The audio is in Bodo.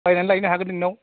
बायनानै लायनो हागोन नोंनाव